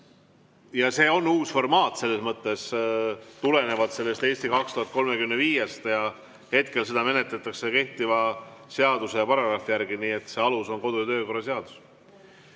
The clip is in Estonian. See on uus formaat selles mõttes, tulenevalt sellest "Eesti 2035‑st", ja hetkel seda menetletakse kehtiva seaduse paragrahvi järgi. Nii et see alus on kodu‑ ja töökorra seadus.